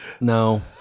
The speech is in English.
No